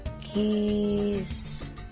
keys